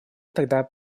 тогда